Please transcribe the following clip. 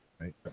right